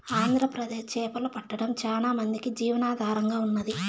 ఆంధ్రప్రదేశ్ చేపలు పట్టడం చానా మందికి జీవనాధారంగా ఉన్నాది